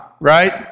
right